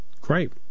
Great